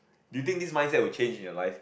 do you think this mindset will change in your life